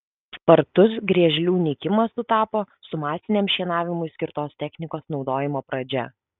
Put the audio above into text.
spartus griežlių nykimas sutapo su masiniam šienavimui skirtos technikos naudojimo pradžia